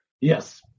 Yes